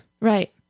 right